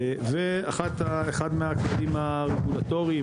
ואחד מהכלים הרגולטוריים,